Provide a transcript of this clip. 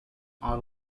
are